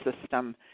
system